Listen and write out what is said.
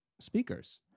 speakers